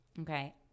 okay